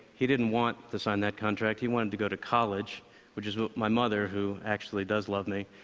he didn't want to sign that contract, he wanted to go to college which is what my mother, who actually does love me,